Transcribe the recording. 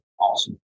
awesome